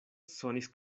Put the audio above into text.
sonis